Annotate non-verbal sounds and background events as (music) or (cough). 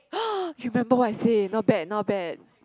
(noise) you remember what I say not bad not bad